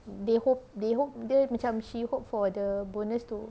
they hope they hope dia macam she hope for the bonus to